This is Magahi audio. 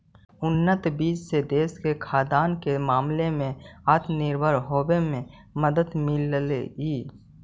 उन्नत बीज से देश के खाद्यान्न के मामले में आत्मनिर्भर होवे में मदद मिललई